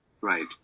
Right